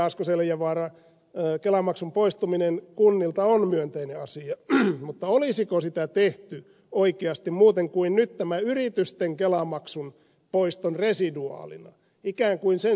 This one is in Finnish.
asko seljavaara kelamaksun poistuminen kunnilta on myönteinen asia mutta olisiko sitä tehty oikeasti muuten kuin nyt tämän yritysten kelamaksun poiston residuaalina ikään kuin sen seurausvaikutuksena